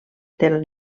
del